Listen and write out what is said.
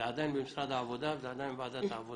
זה עדיין במשרד העבודה וזה עדיין בוועדת העבודה.